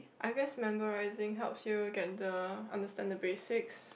I guess memorizing help you get the understand the basics